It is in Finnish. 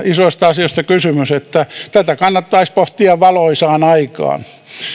isoista asioista kysymys että tätä kannattaisi pohtia valoisaan aikaan